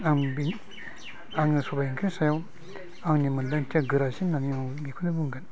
आङो सबाइ ओंख्रिनि सायाव आंनि मोनदांथिआ गोरासिन होनना आं बेखौनो बुंगोन